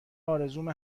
آرزومه